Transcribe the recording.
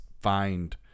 find